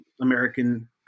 American